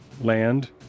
land